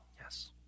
Yes